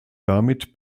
damit